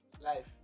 Life